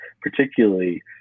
particularly